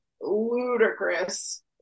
ludicrous